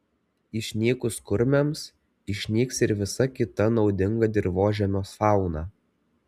išnykus kurmiams išnyks ir visa kita naudinga dirvožemio fauna